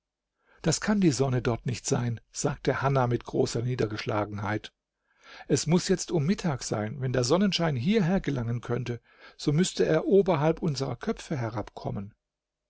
das kann die sonne dort nicht sein sagte hanna mit großer niedergeschlagenheit es muß jetzt um mittag sein wenn der sonnenschein hierher gelangen könnte so müßte er oberhalb unserer köpfe herabkommen